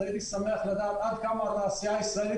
אז הייתי שמח לדעת עד כמה התעשייה הישראלית